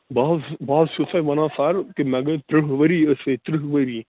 بہٕ حظ بہٕ حظ چھُسَے وَنان سر کہِ مےٚ گٔیہِ ترٕٛہ ؤری أتھۍ سۭتۍ ترٕٛہ ؤری